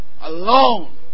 alone